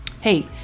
Hey